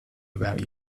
about